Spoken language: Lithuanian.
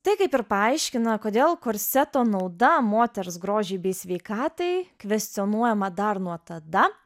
tai kaip ir paaiškina kodėl korseto nauda moters grožiui bei sveikatai kvestionuojama dar nuo tada